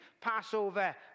Passover